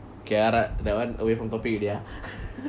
kay that one away from topic already ah